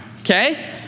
okay